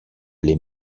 les